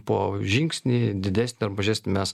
po žingsnį didesnį ar mažesnį mes